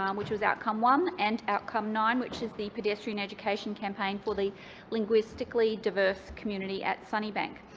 um which was outcome one and outcome nine, which is the pedestrian education campaign for the linguistically diverse community at sunnybank.